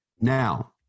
Now